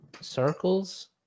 Circles